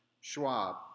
Schwab